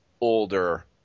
older